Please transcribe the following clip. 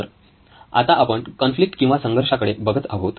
तर आता आपण कॉन्फ्लिक्ट किंवा संघर्षाकडे बघत आहोत